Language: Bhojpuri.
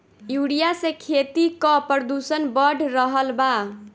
यूरिया से खेती क प्रदूषण बढ़ रहल बा